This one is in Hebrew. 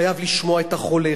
חייב לשמוע את החולה,